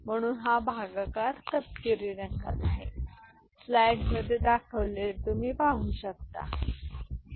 म्हणून हा भागाकार तपकिरी रंगात आहे तो ठीक आहे